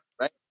right